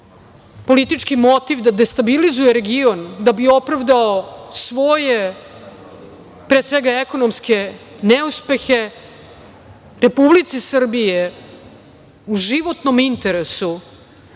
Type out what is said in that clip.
politički motiv da destabilizuje region da bi opravdao svoje, pre svega, ekonomske neuspehe, Republici Srbiji je u životnom interesu